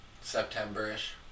September-ish